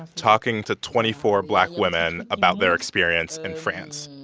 talking to twenty four black women about their experience in france.